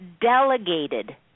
delegated